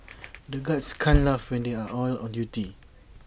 the guards can't laugh when they are on on duty